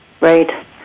Right